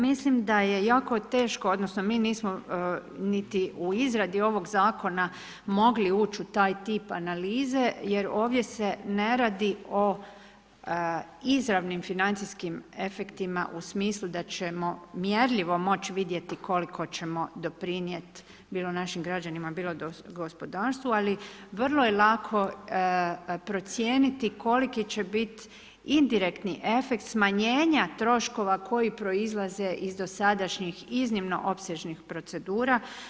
Mislim da je jako teško odnosno mi nismo niti u izradi ovog Zakona mogli ući u taj tip analize jer ovdje se ne radi o izravnim financijskim efektima u smislu da ćemo mjerljivo moći vidjeti koliko ćemo doprinijeti bilo našim građanima, bilo gospodarstvu, ali vrlo je lako procijeniti koliki će biti indirektni efekt smanjenja troškova koji proizlaze iz dosadašnjih iznimno opsežnih procedura.